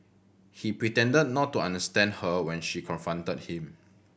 he pretended not to understand her when she confronted him